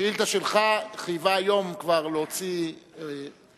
השאילתא שלך חייבה היום כבר להוציא שמועות,